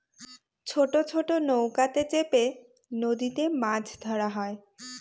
ছোট ছোট নৌকাতে চেপে নদীতে মাছ ধরা হয়